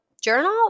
journal